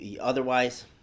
otherwise